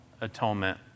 atonement